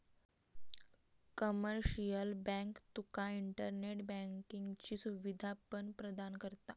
commercial bank तुका internet बँकिंगची सुवीधा पण प्रदान करता